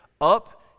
up